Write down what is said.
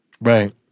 Right